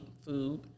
food